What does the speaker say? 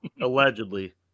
Allegedly